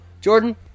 Jordan